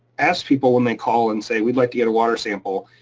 ask people when they call and say, we'd like to get a water sample,